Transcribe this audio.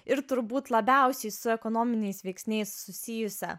ir turbūt labiausiai su ekonominiais veiksniais susijusią